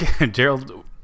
Gerald